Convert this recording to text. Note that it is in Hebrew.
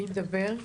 מי מדבר?